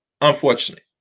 unfortunately